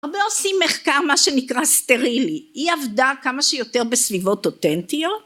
הרבה עושים מחקר מה שנקרא סטרילי, היא עבדה כמה שיותר בסביבות אותנטיות.